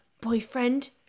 Boyfriend